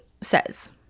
says